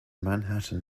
manhattan